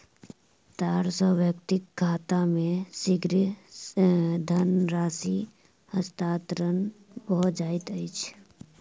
तार सॅ व्यक्तिक खाता मे शीघ्र धनराशि हस्तांतरण भ जाइत अछि